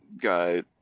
guy